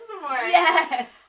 yes